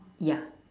ya